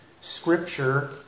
Scripture